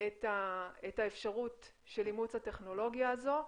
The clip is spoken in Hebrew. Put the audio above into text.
את האפשרות של אימוץ הטכנולוגיה הזו.